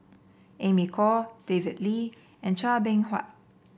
Amy Khor David Lee and Chua Beng Huat